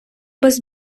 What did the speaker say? без